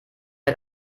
hat